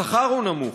השכר נמוך,